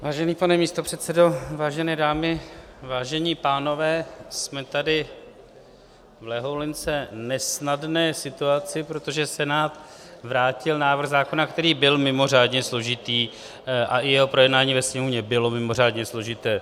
Vážený pane místopředsedo, vážené dámy, vážení pánové, jsme tady v lehoulince nesnadné situaci, protože Senát vrátil návrh zákona, který byl mimořádně složitý, a i jeho projednání ve Sněmovně bylo mimořádně složité.